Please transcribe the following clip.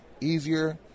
easier